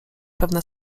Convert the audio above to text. pewne